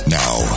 now